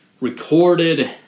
recorded